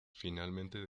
finalmente